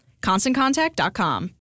ConstantContact.com